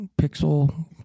pixel